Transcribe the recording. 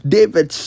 David